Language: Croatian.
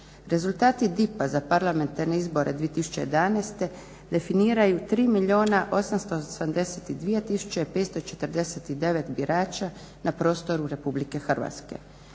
Rezultat DIP-a za parlamentarne izbore 2011. definiraju 3 882 549 birača na prostoru Republike Hrvatske.